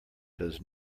does